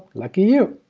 lucky you!